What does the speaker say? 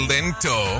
Lento